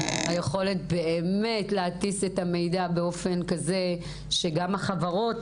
יכולת להטיס את המידע באופן כזה שגם החברות